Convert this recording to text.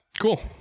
Cool